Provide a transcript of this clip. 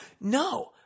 No